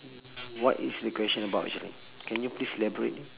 what is the question about actually can you please elaborate